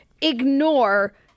ignore